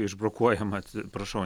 išbrokuojama prašau